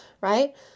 right